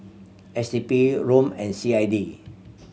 S D P ROM and C I D